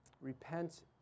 repent